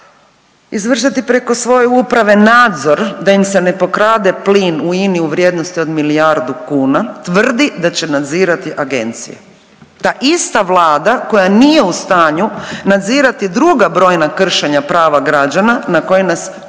izvršiti preko svoje uprave nadzor da ime se pokrade plin u INI u vrijednosti od milijardu kuna, tvrdi da će nadzirati agencije. Ta ista Vlada koja nije u stanju nazirati druga brojna kršenja prava građana na koje nas